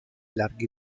larghi